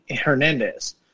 Hernandez